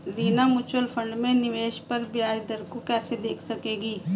Reena mutual fund में निवेश पर ब्याज दर को कैसे देख सकेगी?